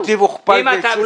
ואיך התקציב הוכפל ושולש.